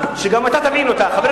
זה לא נכון.